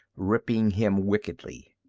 ripping him wickedly.